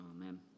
Amen